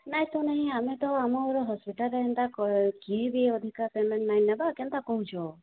ନାଇଁ ତ ନାଇଁ ଆମେ ତ ଆମର ହସ୍ପିଟାଲରେ ହେନ୍ତା କିଏ ବି ଅଧିକା ପେମେଣ୍ଟ ନାଇଁ ନେବା କେନ୍ତା କହୁଛୁ